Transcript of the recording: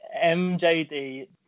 MJD